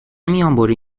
میانبری